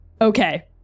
Okay